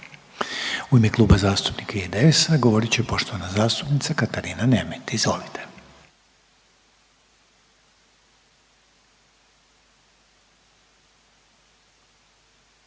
U ime Kluba zastupnika SDP-a govorit će poštovana zastupnica Martina Vlašić Iljkić.